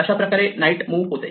अशाप्रकारे knight move होते